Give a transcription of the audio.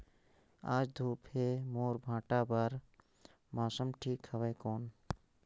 आज धूप हे मोर भांटा बार मौसम ठीक हवय कौन?